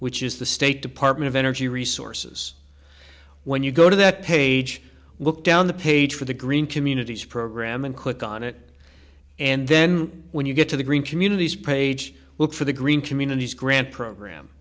which is the state department of energy resources when you go to that page look down the page for the green communities program and click on it and then when you get to the green communities page will for the green communities grant program